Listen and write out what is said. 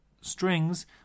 strings